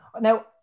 now